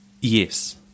Yes